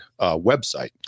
website